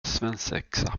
svensexa